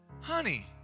honey